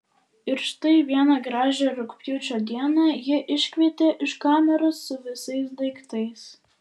ir štai vieną gražią rugpjūčio dieną jį iškvietė iš kameros su visais daiktais